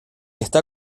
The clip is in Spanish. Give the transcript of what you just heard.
está